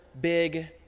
big